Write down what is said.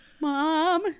Mom